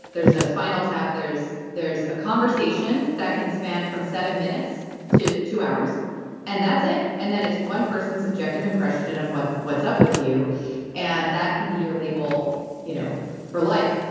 there's no spinal tap. there's there's a conversation that can span from seven minutes to two hours and that's it. and then it's one person's subjective impression of what's what's up with you and that can be your label you know for life.